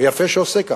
ויפה שהוא עושה כך,